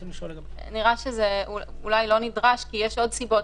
אולי זה לא נדרש כי יש עוד סיבות,